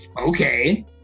Okay